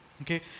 Okay